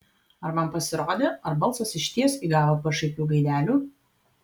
ar man pasirodė ar balsas išties įgavo pašaipių gaidelių